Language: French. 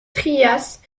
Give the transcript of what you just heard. trias